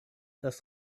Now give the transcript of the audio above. das